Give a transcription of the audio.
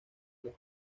los